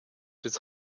des